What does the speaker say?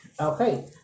Okay